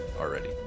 already